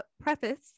preface